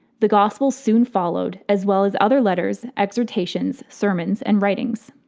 the gospels soon followed, as well as other letters, exhortations, sermons, and writings.